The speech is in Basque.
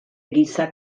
giza